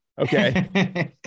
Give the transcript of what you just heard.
Okay